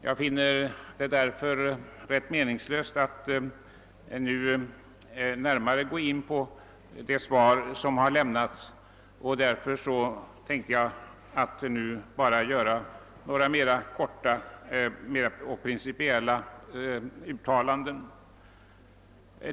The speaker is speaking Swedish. Jag finner det därför rätt meningslöst att gå närmare in på det svar som nu har lämnats, och jag tänker bara göra några korta principiella uttalanden.